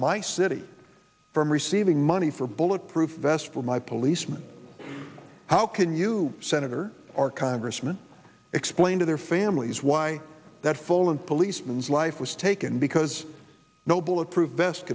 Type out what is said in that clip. my city from receiving money for bulletproof vests for my policeman how can you senator or congressman explain to their families why that full and policeman's life was taken because no bullet proof vest